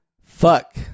Fuck